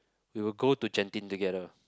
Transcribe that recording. we would go to Genting together